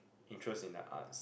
interest in the arts